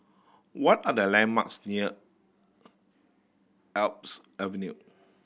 what are the landmarks near Alps Avenue